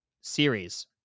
series